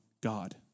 God